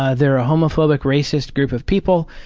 ah they're a homophobic, racist group of people.